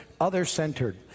other-centered